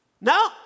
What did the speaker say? no